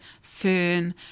fern